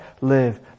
live